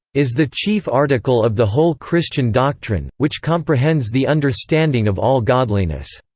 is the chief article of the whole christian doctrine, which comprehends the understanding of all godliness.